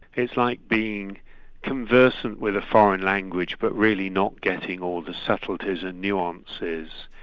it's like being conversant with a foreign language but really not getting all the subtleties and nuances.